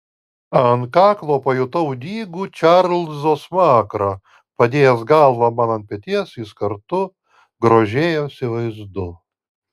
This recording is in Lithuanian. ant kaklo pajutau dygų čarlzo smakrą padėjęs galvą man ant peties jis kartu grožėjosi vaizdu